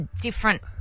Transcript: different